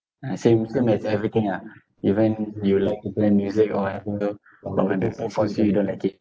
ah same same as everything ah even you like to play music or whatever your mother force you you don't like it